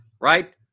right